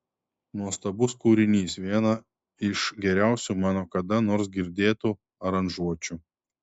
nuostabus kūrinys viena iš geriausių mano kada nors girdėtų aranžuočių